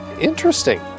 interesting